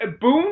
Boom